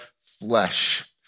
flesh